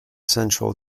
central